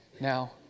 now